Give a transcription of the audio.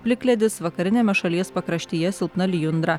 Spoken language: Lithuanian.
plikledis vakariniame šalies pakraštyje silpna lijundra